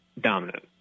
dominant